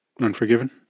Unforgiven